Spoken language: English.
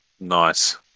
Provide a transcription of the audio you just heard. Nice